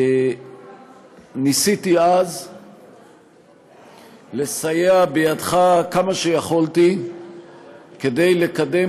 ניסיתי אז לסייע בידך כמה שיכולתי כדי לקדם